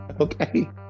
okay